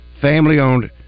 family-owned